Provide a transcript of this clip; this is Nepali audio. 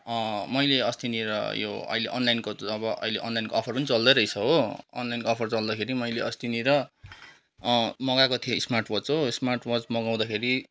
मैले अस्तिनिर यो अहिले अनलाइनको अब अहिले अनलाइनको अफर पनि चल्दैरहेछ हो अनलाइनको अफर चल्दाखेरि मैले अस्तिनिर मगाएको थिएँ स्मार्ट वाच हो स्मार्ट वाच मगाउँदाखेरि